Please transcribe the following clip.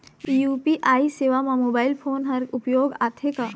UPI सेवा म mobile phone हर उपयोग आथे का?